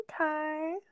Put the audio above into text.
Okay